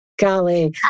Golly